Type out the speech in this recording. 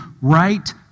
right